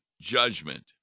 judgment